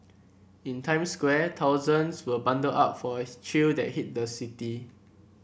in Times Square thousands were bundled up for a chill that hit the city